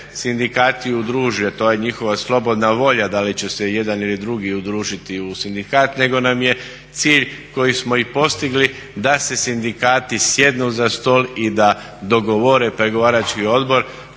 sindikati udruže, to je njihova slobodna volja da li će se jedan ili drugi udružiti u sindikat, nego nam je cilj koji smo i postigli da se sindikati sjednu za stol i da dogovore pregovarački odbor.